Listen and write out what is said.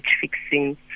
fixing